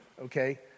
okay